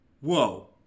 whoa